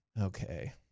Okay